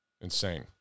Insane